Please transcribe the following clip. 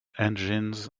engines